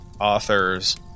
authors